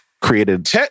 created